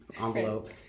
envelope